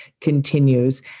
continues